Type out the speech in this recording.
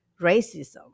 racism